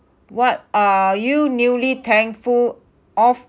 what are you newly thankful of